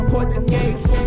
Portuguese